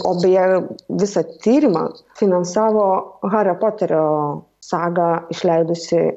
o beje visą tyrimą finansavo hario poterio sagą išleidusi